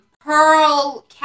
Pearl